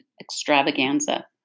extravaganza